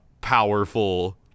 powerful